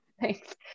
Thanks